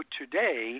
today